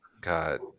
God